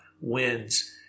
wins